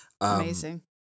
Amazing